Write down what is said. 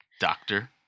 doctor